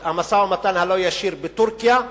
המשא-ומתן הלא-ישיר בטורקיה,